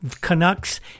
Canucks